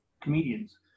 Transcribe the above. comedians